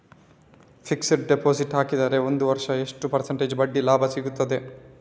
Fixed deposit ಹಾಕಿದರೆ ಒಂದು ವರ್ಷಕ್ಕೆ ಎಷ್ಟು ಪರ್ಸೆಂಟೇಜ್ ಬಡ್ಡಿ ಲಾಭ ಸಿಕ್ತದೆ?